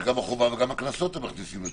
זה גם החובה וגם הקנסות שהם מכניסים.